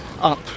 up